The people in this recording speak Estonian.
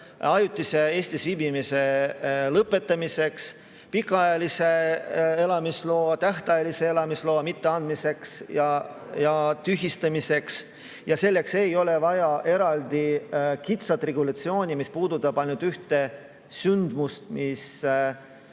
ajutise Eestis viibimise lõpetamiseks, pikaajalise elamisloa ja tähtajalise elamisloa mitteandmiseks ja tühistamiseks. Selleks ei ole vaja eraldi kitsast regulatsiooni, mis puudutab ainult ühte sündmust, mis